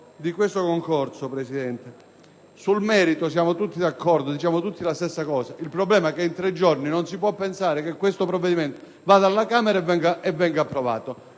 il concorso, sul merito siamo tutti d'accordo e diciamo tutti la stessa cosa: il problema è che non si può pensare che questo provvedimento vada alla Camera e venga approvato